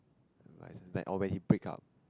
like sometimes or when he break up